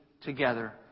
together